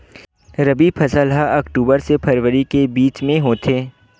रबी फसल हा अक्टूबर से फ़रवरी के बिच में होथे